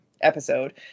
episode